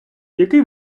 який